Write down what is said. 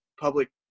public